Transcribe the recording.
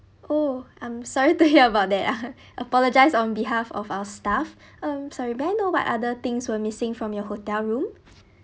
oh I'm sorry to hear about that uh apologize on behalf of our staff um sorry may I know what other things were missing from your hotel room